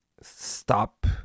stop